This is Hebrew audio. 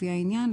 לפי העניין,